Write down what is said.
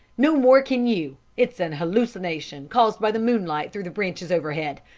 no more can you. it's an hallucination caused by the moonlight through the branches overhead.